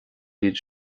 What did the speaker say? iad